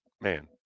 man